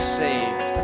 saved